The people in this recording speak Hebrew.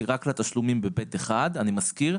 רק לתשלומים ב-(ב)(1) אני מזכיר,